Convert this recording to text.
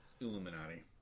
Illuminati